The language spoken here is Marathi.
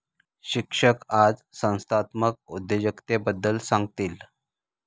शिक्षक आज संस्थात्मक उद्योजकतेबद्दल सांगतील